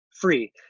free